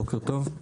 בוקר טוב.